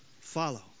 follow